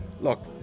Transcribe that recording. Look